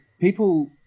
people